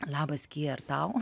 labas kija ir tau